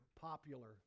popular